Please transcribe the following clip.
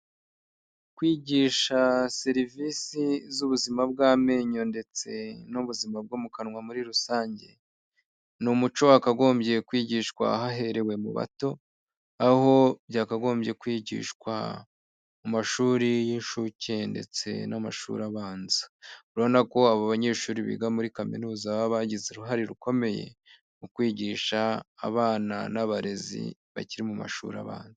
Kwigisha serivisi z'ubuzima bw'amenyo ndetse n'ubuzima bwo mu kanwa muri rusange ni umuco wakagombye kwigishwa haherewe mu bato aho byakagombye kwigishwa mu mashuri y'inshuke ndetse n'amashuri abanza. Urabonako abo banyeshuri biga muri kaminuza baba bagize uruhare rukomeye mu kwigisha abana n'abarezi bakiri mu mashuri abanza.